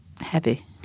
heavy